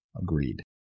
Agreed